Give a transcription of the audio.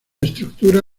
estructura